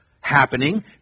happening